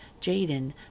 Jaden